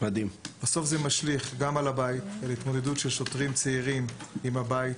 בסוף זה משליך גם על הבית ועל ההתמודדות של שוטרים צעירים עם הבית,